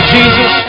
Jesus